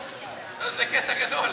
זה קטע גדול,